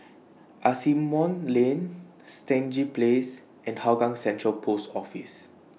Asimont Lane Stangee Place and Hougang Central Post Office